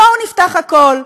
בואו נפתח הכול,